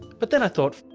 but then i thought,